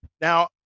now